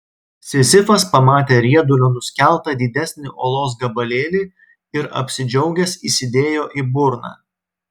sizifas pamatė riedulio nuskeltą didesnį uolos gabalėlį ir apsidžiaugęs įsidėjo į burną